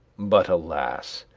but alas!